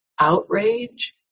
outrage